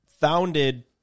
founded